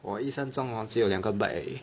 我一生中 hor 只有两个 bike 而已